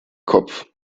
kopf